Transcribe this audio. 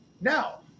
Now